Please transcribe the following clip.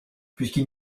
puisqu’il